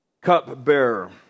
cupbearer